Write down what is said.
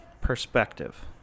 perspective